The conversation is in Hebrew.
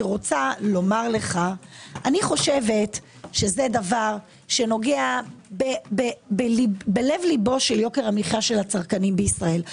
אני חושבת שזה נוגע בל ליבו של יוקר המחיה של הצרכנים בישראל.